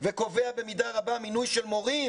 וקובע במידה רבה מינוי של מורים